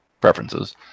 preferences